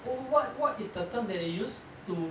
what what what is the term that they used to